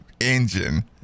engine